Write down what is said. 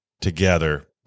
together